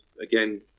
again